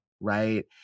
right